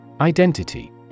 Identity